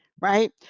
right